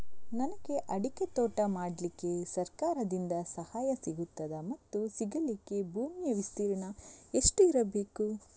ನನಗೆ ಅಡಿಕೆ ತೋಟ ಮಾಡಲಿಕ್ಕೆ ಸರಕಾರದಿಂದ ಸಹಾಯ ಸಿಗುತ್ತದಾ ಮತ್ತು ಸಿಗಲಿಕ್ಕೆ ಭೂಮಿಯ ವಿಸ್ತೀರ್ಣ ಎಷ್ಟು ಇರಬೇಕು?